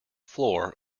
floor